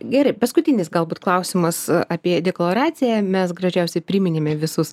gerai paskutinis galbūt klausimas apie deklaraciją mes greičiausiai priminėme visus